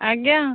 ଆଜ୍ଞା